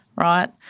right